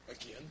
again